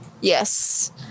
Yes